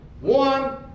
one